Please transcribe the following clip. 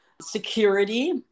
security